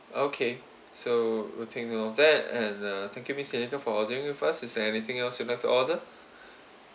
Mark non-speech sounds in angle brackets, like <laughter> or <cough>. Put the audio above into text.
okay so we'll think of that and uh thank you miss nika for ordering with us is there anything else you have to order <breath>